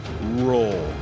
roll